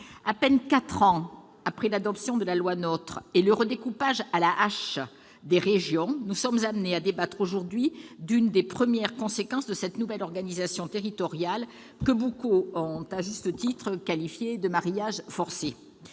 à peine quatre ans après l'adoption de la loi NOTRe et le redécoupage à la hache des régions, nous sommes amenés à débattre aujourd'hui d'une des premières conséquences de cette nouvelle organisation territoriale, que beaucoup ont à juste titre qualifiée de « mariage forcé